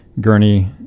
gurney